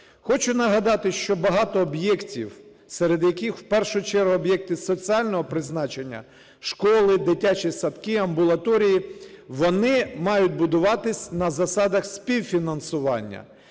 Хочу нагадати, що багато об'єктів, серед яких у першу чергу об'єкти соціального призначення: школи, дитячі садки, амбулаторії – вони мають будуватися на засадах співфінансування.